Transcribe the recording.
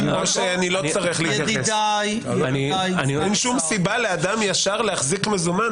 אין שום סיבה לאדם ישר להחזיק מזומן?